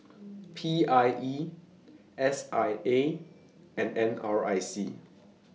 P I E S I A and N R I C